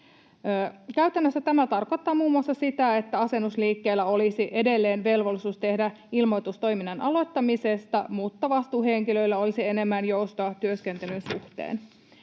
Käytännössä tämä tarkoittaa muun muassa sitä, että asennusliikkeellä olisi edelleen velvollisuus tehdä ilmoitus toiminnan aloittamisesta, mutta vastuuhenkilöillä olisi enemmän joustoa työskentelyn suhteen.